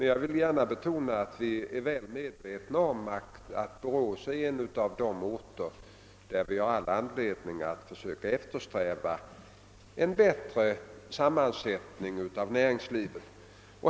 Jag vill gärna betona att vi är väl medvetna om att Borås är en av de orter där vi har all anledning att försöka eftersträva en bättre sammansättning av näringslivet.